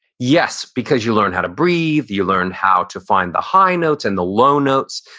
yes, because you learn how to breathe, you learn how to find the high notes and the low notes.